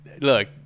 look